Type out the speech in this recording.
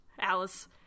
Alice